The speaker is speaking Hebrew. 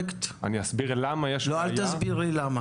אתה ואורי אריאל -- אני לא מיניתי אף אחד.